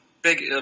Big